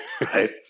Right